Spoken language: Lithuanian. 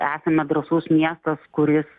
esame drąsus miestas kuris